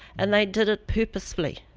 and they did it purposely.